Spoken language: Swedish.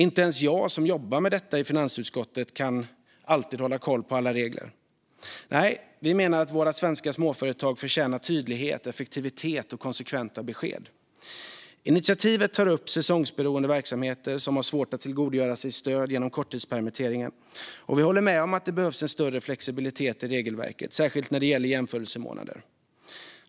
Inte ens jag, som jobbar med detta i finansutskottet, kan alltid hålla koll på alla regler. Nej, vi menar att våra svenska småföretag förtjänar tydlighet, effektivitet och konsekventa besked. Initiativet tar upp säsongsberoende verksamheter som har svårt att tillgodogöra sig stöd genom korttidspermittering. Vi håller med om att det behövs en större flexibilitet i regelverket, särskilt när det gäller jämförelsemånader.